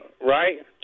right